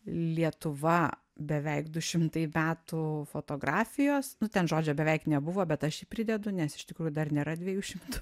lietuva beveik du šimtai metų fotografijos nu ten žodžio beveik nebuvo bet aš jį pridedu nes iš tikrųjų dar nėra dviejų šimtų